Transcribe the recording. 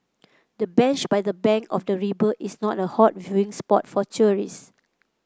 the bench by the bank of the river is not a hot viewing spot for tourist